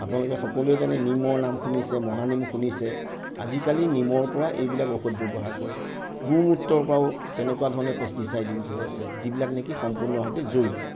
আপোনালোকে সকলোৱে জানে নিমৰ নাম শুনিছে মহানিম শুনিছে আজিকালি নিমৰ পৰা এইবিলাক ঔষধ ব্যৱহাৰ কৰে গো মূত্ৰৰ পৰাও তেনেকুৱা ধৰণে পেষ্টিচাইট ইউজ হৈ আছে যিবিলাক নেকি সম্পূৰ্ণভাৱে জৈৱিক